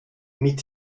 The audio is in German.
mit